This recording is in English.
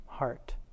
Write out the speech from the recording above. heart